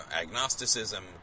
agnosticism